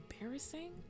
embarrassing